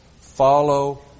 Follow